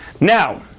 now